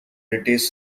british